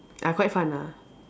ah quite fun ah